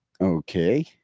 Okay